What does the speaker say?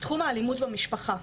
בתחום האלימות במשפחה,